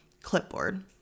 clipboard